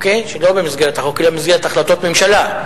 שלא במסגרת החוק אלא במסגרת החלטות ממשלה,